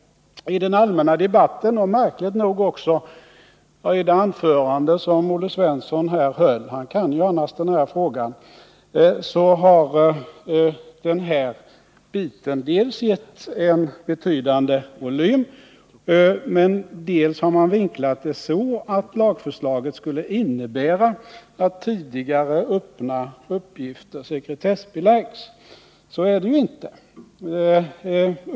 I den allmänna debatten — och märkligt nog också i det anförande som Olle Svensson här höll; han kan annars den här frågan — har den här biten givits en betydande volym. Man har vinklat det så att lagförslaget skulle innebära att tidigare öppna uppgifter sekretessbeläggs. Så är det inte.